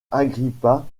agrippa